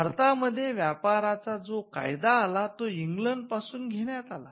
भारता मध्ये व्यापाराचा जो कायदा आला तो इंग्लंड पासून घेण्यात आला